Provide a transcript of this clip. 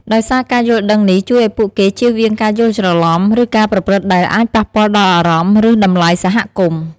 ដោយសារការយល់ដឹងនេះជួយឱ្យពួកគេចៀសវាងការយល់ច្រឡំ ឬការប្រព្រឹត្តដែលអាចប៉ះពាល់ដល់អារម្មណ៍ ឬតម្លៃសហគមន៍។